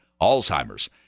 Alzheimer's